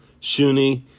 Shuni